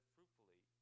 fruitfully